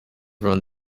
run